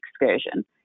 excursion